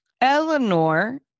eleanor